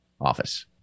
office